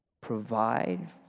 provide